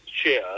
share